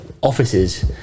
offices